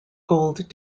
gold